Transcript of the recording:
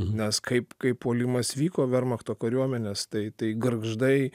nes kaip kai puolimas vyko vermachto kariuomenės tai tai gargždai